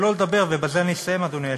שלא לדבר, ובזה אני אסיים, אדוני היושב-ראש,